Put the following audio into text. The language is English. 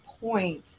point